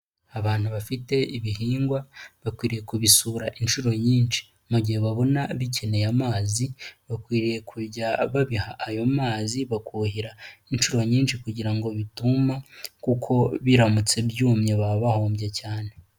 Abantu bafite ibihingwa bakwiriye kubisura inshuro nyinshi mu gihe babona bikeneye amazi bakwiriye kujya babiha ayo mazi bakuhira inshuro nyinshi kugira ngo bituma kuko biramutse byumye baba bahombye cyane.